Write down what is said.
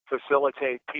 facilitate